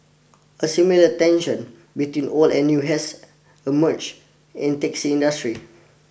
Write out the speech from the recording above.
a similar tension between old and new has emerged in taxi industry